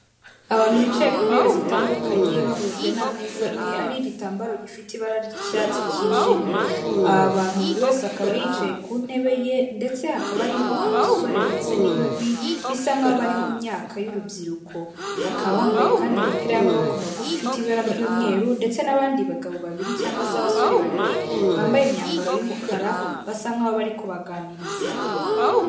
Abantu bicaye ku ntebe zitandukanye bahujwe n'ameza amwe ari igitambaro gifite ibara ry'icyatsi cyijimye. Aba bantu buri wese akaba yicaye ku ntebe ye ndetse hakaba arimo abasore ndetse n'inkumi bisa nkaho' bariri mu myaka y'urubyiruko. Bakaba bambaye kandi imipira y'amaboko magufi ifite ibara ry'umweru ,ndetse n'abandi bagabo babiri cyangwa se abasore babiri bambaye imyambaro y'umukara, basa nkaho bari kubaganiriza.